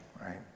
right